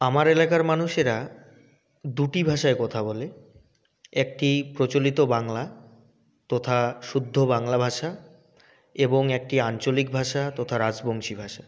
আমার এলাকার মানুষেরা দুটি ভাষায় কথা বলে একটি প্রচলিত বাংলা তথা শুদ্ধ বাংলা ভাষা এবং একটি আঞ্চলিক ভাষা তথা রাজবংশী ভাষা